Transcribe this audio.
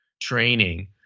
training